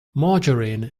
margarine